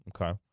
Okay